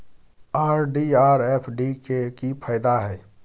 RD आर FD के की फायदा हय?